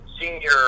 senior